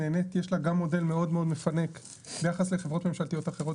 יש לה גם מודל מאוד מפנק ביחס לחברות ממשלתיות אחרות,